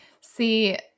See